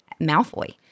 Malfoy